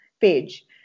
page